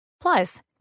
Plus